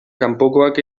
kanpokoak